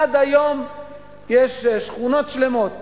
עד היום נבנות שכונות שלמות